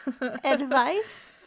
advice